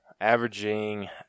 averaging